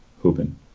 hooping